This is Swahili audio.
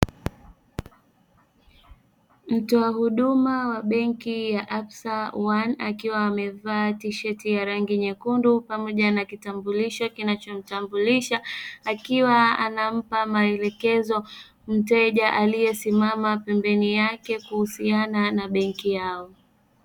Mtoa huduma wa benki ya "absa one" akiwa amevaa tisheti ya rangi nyekundu pamoja na kitambulisho kinachomtambulisha, akiwa anampa maelekezo mteja aliyesimama pembeni yake kuhusiana na benki yao.